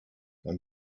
and